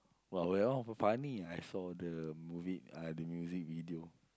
well we all have a funny I saw the movie uh the music video